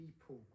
people